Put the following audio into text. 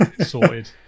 sorted